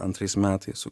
antrais metais su